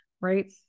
right